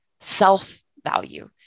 self-value